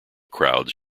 crowds